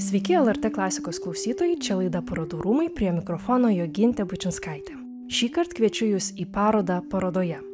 sveiki lrt klasikos klausytojai čia laida parodų rūmai prie mikrofono jogintė bučinskaitė šįkart kviečiu jus į parodą parodoje